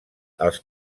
els